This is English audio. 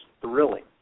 thrilling